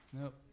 nope